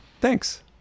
thanks